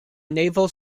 naval